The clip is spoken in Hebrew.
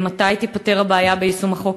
3. מתי תיפתר הבעיה ביישום החוק?